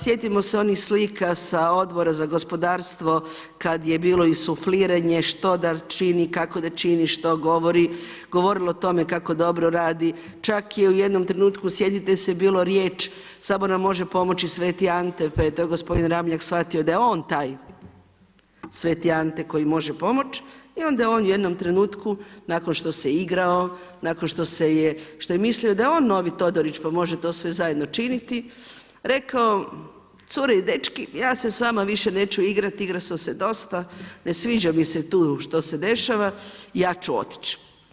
Sjetimo se onih slika sa Odbora za gospodarstvo kada je bilo i sufliranje što da čini, kako da čini, što govori, govorilo o tome kako dobro radi, čak je u jednom trenutku sjetite se bilo riječ samo nam može pomoći Sveti Ante, pa je to gospodin Ramljak shvatio da je on taj Sveti Ante koji može pomoć i onda je on u jednom trenutku nakon što se igrao, nakon što je mislio da je on novi Todorić pa može to sve zajedno činiti, rekao cure i dečki ja se s vama neću više igrati, igrao sam se dosta, ne sviđa mi se tu što se dešava i ja ću otići.